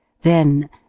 Then